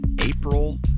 April